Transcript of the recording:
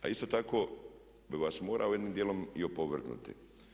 A isto tako bih vas morao jednim dijelom i opovrgnuti.